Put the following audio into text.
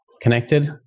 connected